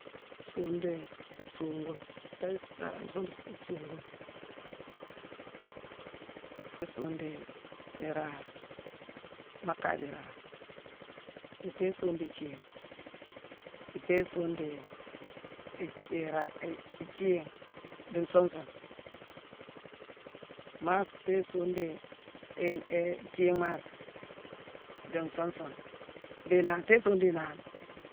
Songune dii songune, itééghi sanrasongh dii songune, dii songune dii iraare, ma kaye dii iraare, itééghi songune dii nthiigh, itééghi songune dii i-iraare-i-iithiigh dii nsuun sune, mass tééghi songune dii-i-i-ithiigh mass dii nsuun sune dii-inaane-tééghi songune dii inaane.